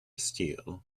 steel